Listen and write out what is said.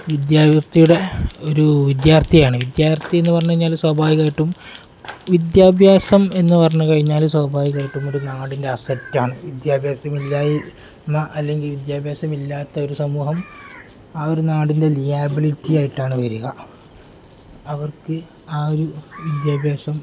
വിദ്യാർത്ഥിയെയാണ് വിദ്യാർത്ഥിയെന്ന് പറഞ്ഞുകഴിഞ്ഞാല് സ്വാഭാവികമായിട്ടും വിദ്യാഭ്യാസമെന്ന് പറഞ്ഞുകഴിഞ്ഞാല് സ്വാഭാവികമായിട്ടും ഒരു നാടിൻ്റെ അസെറ്റാണ് വിദ്യാഭ്യാസമില്ലായ്മ അല്ലെങ്കിൽ വിദ്യാഭ്യാസമില്ലാത്ത ഒരു സമൂഹം ആ ഒരു നാടിൻ്റെ ലയബിലിറ്റി ആയിട്ടാണ് വരിക അവർക്ക് ആ ഒരു വിദ്യാഭ്യാസം